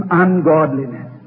ungodliness